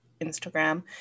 instagram